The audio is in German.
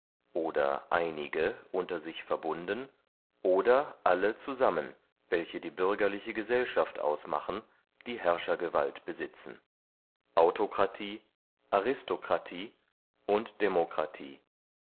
oder einige unter sich verbunden oder alle zusammen welche die bürgerliche gesellschaft ausmachen die herrschergewalt besitzen autokratie aristokratie und demokratie